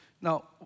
Now